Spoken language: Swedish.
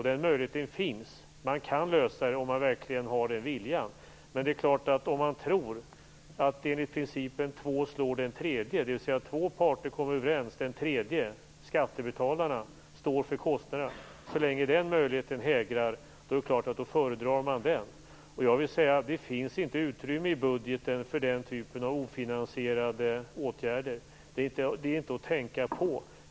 Den möjligheten finns. Man kan lösa detta om man verkligen har den viljan. Men så länge möjligheten hägrar att tillämpa principen två slår den tredje, dvs. två parter kommer överens och den tredje, skattebetalarna, står för kostnaderna, är det klart att man föredrar den. Det finns inte utrymme i budgeten för den typen av ofinansierade åtgärder. Det är inte att tänka på.